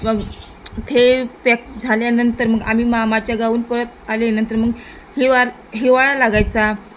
मग ते पॅक झाल्यानंतर मग आम्ही मामाच्या गावून परत आले नंतर मग हिवाल हिवाळा लागायचा